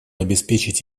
обеспечить